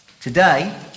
Today